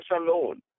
alone